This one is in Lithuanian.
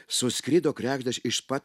suskrido kregždės iš pat